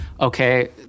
okay